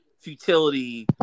futility